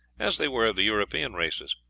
as they were of the european races.